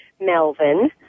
Melvin